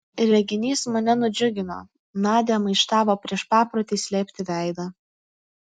reginys mane nudžiugino nadia maištavo prieš paprotį slėpti veidą